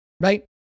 right